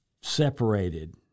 separated